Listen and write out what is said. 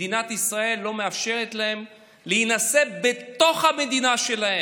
מדינת ישראל לא מאשרת להם להינשא בתוך המדינה שלהם.